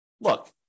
look